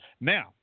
Now